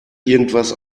irgendwas